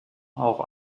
auch